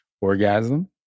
orgasm